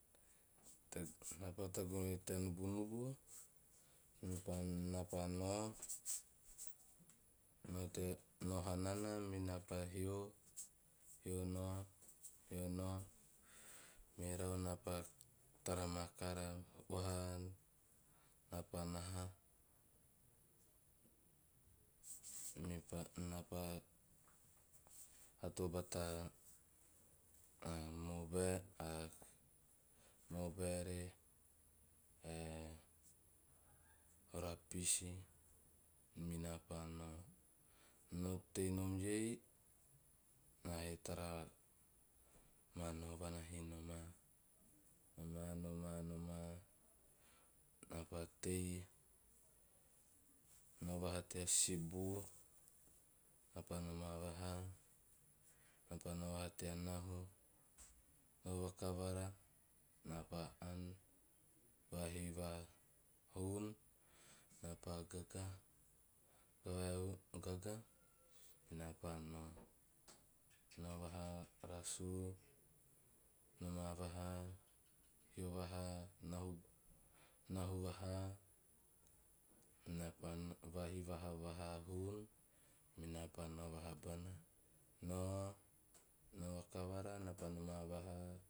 Na pa tagune u tea nubunubu mepaa naa nao tea nao menaa pa hio- hio nau merau mepa na pa tara kaara oha, napaa naha mepa napa ato bataa a mobi- a mobile ae o rapisi mena pa nao, no tei nom ei naa he tara maa naovana he noma noma noma. Naa pa teii, nao vaha tea sisibin na paa nomaa vahaa na paa nao vaha raha tea nahu, nahavakavara na paa aan, vaahivaa huun na paa gaga na paa nao. Nao vahaa raasu, noma vahaa hioo vahaa, nahu- nahu vahaa na pa vahivaa vahaa huun na paa nao vahabana, nao vahabana, nao- nao vakavara